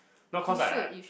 not cause I I I